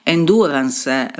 Endurance